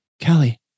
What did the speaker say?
Kelly